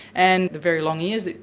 and the very long ears,